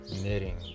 knitting